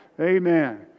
Amen